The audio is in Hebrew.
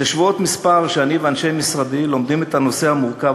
זה שבועות מספר שאנשי משרדי ואני לומדים את הנושא המורכב